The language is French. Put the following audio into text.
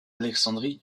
alexandrie